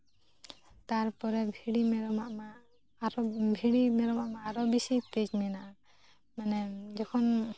ᱛᱟᱨᱯᱚᱨᱮ ᱵᱷᱤᱲᱤ ᱢᱮᱨᱚᱢᱟᱜ ᱢᱟ ᱟᱨᱚ ᱵᱷᱤᱲᱤ ᱢᱮᱨᱚᱢᱟᱜ ᱢᱟ ᱟᱨᱚ ᱵᱮᱥᱤ ᱛᱮᱡᱽ ᱢᱮᱱᱟᱜᱼᱟ ᱢᱟᱱᱮ ᱡᱚᱠᱷᱚᱱ